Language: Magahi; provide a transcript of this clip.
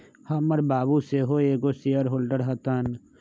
हमर बाबू सेहो एगो शेयर होल्डर हतन